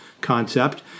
concept